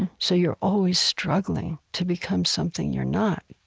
so you're always struggling to become something you're not.